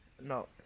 no